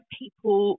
people